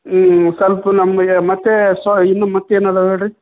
ಹ್ಞೂ ಸ್ವಲ್ಪ ನಮಗೆ ಮತ್ತೆ ಸೊ ಇನ್ನು ಮತ್ತೇನಿದೆ ಹೇಳ್ರಿ